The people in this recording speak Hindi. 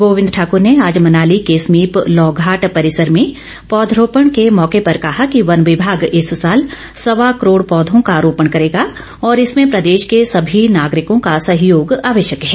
गोविंद ठाकर ने आज मनाली के समीप लौघाट परिसर में पौधरोपण के मौके पर कहा कि वन विमाग इस साल सवा करोड पौधों का रोपण करेगा और इसमें प्रदेश के सभी नागरिकों का सहयोग आवश्यक है